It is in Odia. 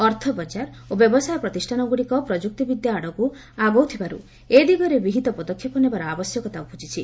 ଅର୍ଥ ବଜାର ଓ ବ୍ୟବସାୟ ପ୍ରତିଷ୍ଠାନଗୁଡ଼ିକ ପ୍ରଯୁକ୍ତି ବିଦ୍ୟା ଆଡ଼କୁ ଆଗଉଥିବାରୁ ଏ ଦିଗରେ ବିହିତ ପଦକ୍ଷେପ ନେବା ଆବଶ୍ୟକତା ଉପୁଜିଛି